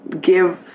give